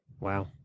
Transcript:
Wow